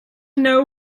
know